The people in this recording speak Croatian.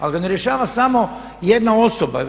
Ali ga ne rješava samo jedna osoba.